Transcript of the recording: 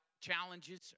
challenges